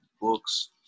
books